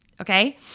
okay